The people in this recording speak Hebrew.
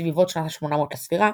בסביבות שנת 800 לספירה,